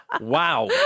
wow